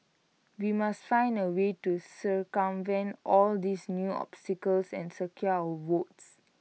we must find A way to circumvent all these new obstacles and secure votes